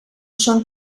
són